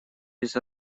без